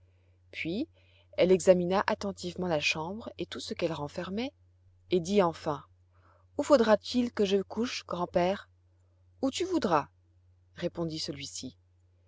puis elle examina attentivement la chambre et tout ce qu'elle renfermait et dit enfin où faudra-t-il que je couche grand-père où tu voudras répondit celui-ci